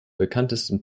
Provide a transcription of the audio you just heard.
bekanntesten